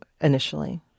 initially